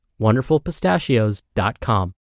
WonderfulPistachios.com